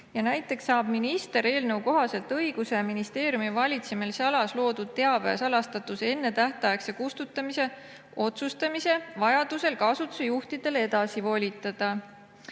Näiteks saab minister eelnõu kohaselt õiguse ministeeriumi valitsemisalas loodud teabe salastatuse ennetähtaegse kustutamise otsustamise vajadusel ka asutuse juhtidele edasi volitada.